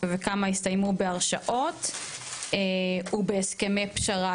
וכמה הסתיימו בהרשעות ובהסכמי פשרה.